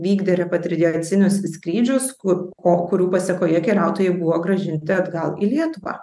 vykdė repatriacinius skrydžius kur ko kurių pasekoje keliautojai buvo grąžinti atgal į lietuvą